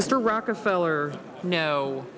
mr rockefeller no